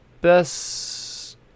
best